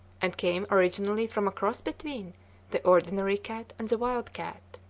and came originally from a cross between the ordinary cat and the wild cat.